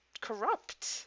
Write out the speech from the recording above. corrupt